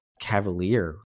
cavalier